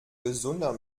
gesunder